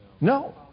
No